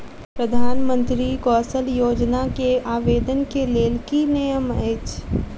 प्रधानमंत्री कौशल विकास योजना केँ आवेदन केँ लेल की नियम अछि?